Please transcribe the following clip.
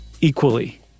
equally